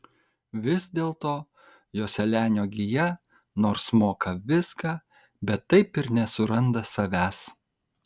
vis dėlto joselianio gija nors moka viską bet taip ir nesuranda savęs